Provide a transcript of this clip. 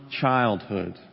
childhood